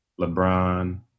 LeBron